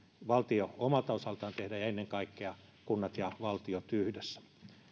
valtio voi omalta osaltaan tehdä ja ennen kaikkea kunnat ja valtio yhdessä